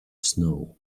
snow